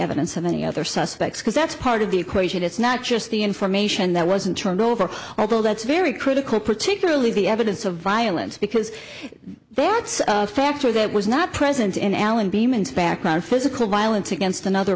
evidence of any other suspects because that's part of the equation it's not just the information that wasn't turned over although that's very critical particularly the evidence of violence because there are factor that was not present in alan demon's background of physical violence against another